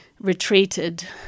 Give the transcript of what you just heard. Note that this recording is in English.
retreated